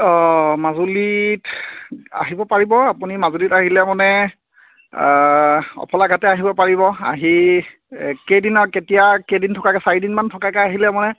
অঁ মাজুলীত আহিব পাৰিব আপুনি মাজুলীত আহিলে মানে অফলা ঘাটে আহিব পাৰিব আহি কেইদিনা কেতিয়া কেইদিন থকাকৈ চাৰিদিনমান থকাকৈ আহিলে মানে